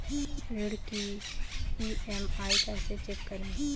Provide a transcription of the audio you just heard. ऋण की ई.एम.आई कैसे चेक करें?